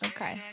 Okay